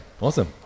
awesome